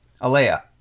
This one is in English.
Alea